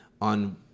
on